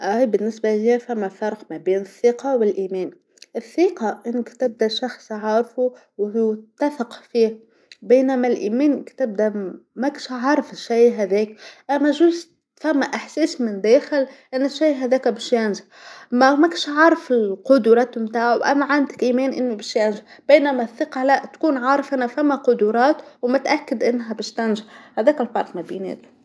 أي بالنسبه ليا ثما فرق ما بين الثقه والإيمان، الثقة أنك تبدا شخص عارفو وتثق فيه، بينما الإيمان كي تبدا ماكش عارف الشي هذاك أما يجوز ثما إحساس من الداخل أن الشي هذاكا، ما- ماكش عارف القدرات متاعو أما عندك إيمان أنو باش يعجبك، بينما الثقة لاء، تكون عارف أنو ثما قدرات ومتأكد أنها باش تعجبك، هذاكا الفرق ما بين.